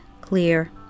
clear